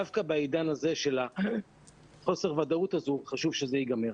-- דווקא בעידן הזה של החוסר וודאות הזו חייב שזה ייגמר.